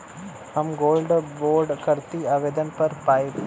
हम gold bond करती आवेदन कर पाईब?